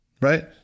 Right